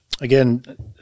Again